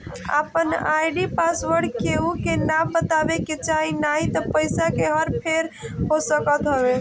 आपन ID password केहू के ना बतावे के चाही नाही त पईसा के हर फेर हो सकत हवे